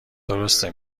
درسته